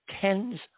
tens